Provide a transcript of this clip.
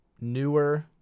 newer